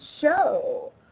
show